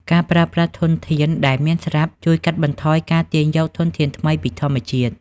ការប្រើប្រាស់ធនធានដែលមានស្រាប់ជួយកាត់បន្ថយការទាញយកធនធានថ្មីពីធម្មជាតិ។